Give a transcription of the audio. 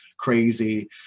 Crazy